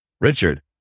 Richard